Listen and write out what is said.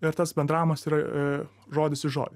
ir tas bendravimas yra žodis į žodį